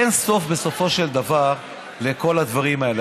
בסופו של דבר אין סוף לכל הדברים האלה.